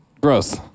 Gross